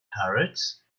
parrots